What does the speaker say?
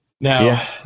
Now